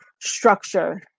structure